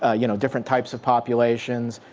ah you know, different types of populations.